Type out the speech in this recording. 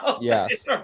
Yes